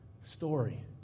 story